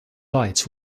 lights